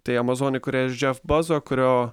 tai amazon įkūrėjas džef bazo kurio